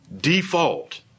default